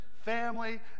family